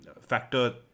factor